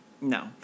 no